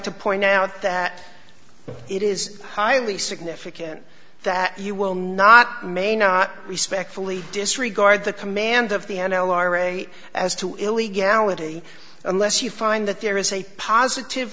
to point out that it is highly significant that you will not may not respectfully disregard the commands of the n l r a as to illegality unless you find that there is a positive